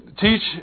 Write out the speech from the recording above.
teach